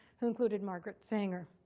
who included margaret sanger.